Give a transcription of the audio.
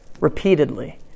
repeatedly